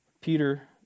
Peter